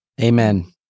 Amen